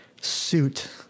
suit